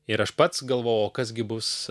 ir aš pats galvojau o kas gi bus